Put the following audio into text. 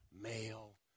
male